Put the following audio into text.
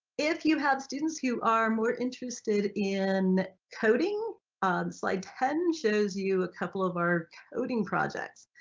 if you have students who are more interested in coding slide ten shows you a couple of our coding projects.